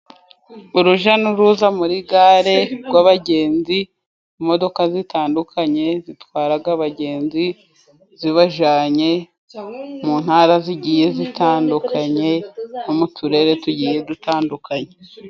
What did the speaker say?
Uruja n'uruza muri gare rw'abagenzi, imodoka zitandukanye zitwaraga abagenzi zibajanye mu ntara zigiye zitandukanye, no mu turere tugiye dutandukanye.